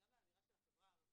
אבל גם באמירה של החברה הערבית,